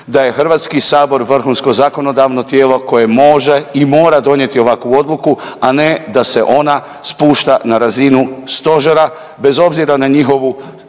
da je Hrvatski sabor vrhunsko zakonodavno tijelo koje može i mora donijeti ovakvu odluku, a ne da se ona spušta na razinu stožera bez obzira na njihovu